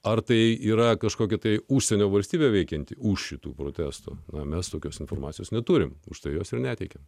ar tai yra kažkokia tai užsienio valstybė veikianti už šitų protestų o mes tokios informacijos neturime už tai jos ir neteikia